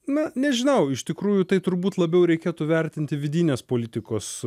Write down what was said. na nežinau iš tikrųjų tai turbūt labiau reikėtų vertinti vidinės politikos